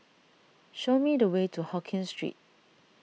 show me the way to Hokkien Street